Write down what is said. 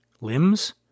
Limbs